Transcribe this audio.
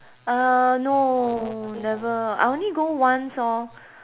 uh no never I only go once orh